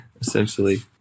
essentially